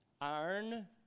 Iron